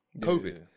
covid